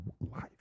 life